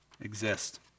exist